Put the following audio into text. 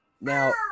now